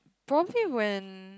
probably when